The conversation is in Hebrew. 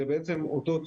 שלום לכולם,